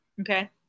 Okay